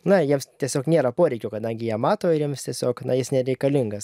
na jiems tiesiog nėra poreikio kadangi jie mato ir jiems tiesiog na jis nereikalingas